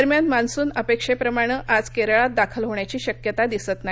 दरम्यान मान्सून अपेक्षेप्रमाणं आज केरळात दाखल होण्याची शक्यता दिसत नाही